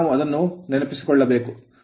ನಾವು ಅದನ್ನು ನೆನಪಿಸಿಕೊಳ್ಳಬೇಕು